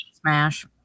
Smash